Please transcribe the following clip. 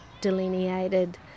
delineated